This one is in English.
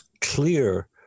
clear